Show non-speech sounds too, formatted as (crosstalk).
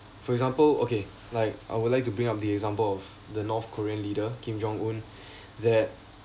for example okay like I would like to bring up the example of the north korean leader kim-jong-un (breath) that